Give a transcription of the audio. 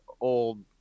old